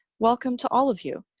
welcome to all of you,